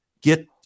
get